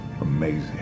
amazing